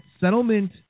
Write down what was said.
settlement